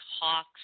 Hawks